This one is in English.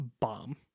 bomb